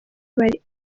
bari